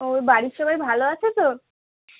ও বাড়ির সবাই ভালো আছে তো